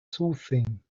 soothing